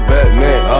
Batman